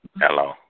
Hello